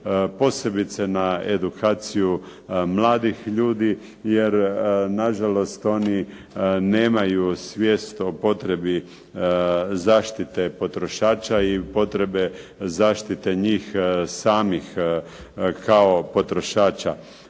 posebice na edukaciju mladih ljudi, jer na žalost oni nemaju svijest o potrebi zaštite potrošača i potrebe zaštite njih samih kao potrošača.